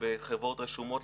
בחברות רשומות.